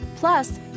Plus